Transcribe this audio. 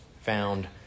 found